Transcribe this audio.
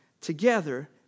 Together